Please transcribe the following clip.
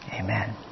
amen